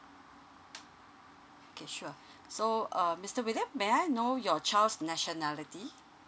okay sure so um mister william may I know your child's nationality